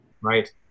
right